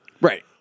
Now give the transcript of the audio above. Right